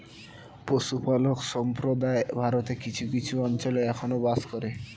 পশুপালক সম্প্রদায় ভারতের কিছু কিছু অঞ্চলে এখনো বাস করে